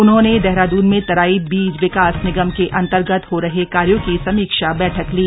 उन्होंने देहरादून में तराई बीज विकास निगम के अंतर्गत हो रहे कार्यो की समीक्षा बैठक ली